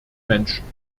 menschen